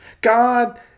God